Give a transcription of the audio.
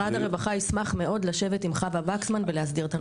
משרד הרווחה ישמח מאוד לשבת עם חוה וקסמן ולהסדיר את הנושא.